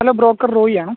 hello broker റോയിയാണോ